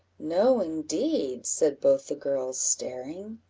no, indeed, said both the girls, staring.